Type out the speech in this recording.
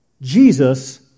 Jesus